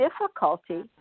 difficulty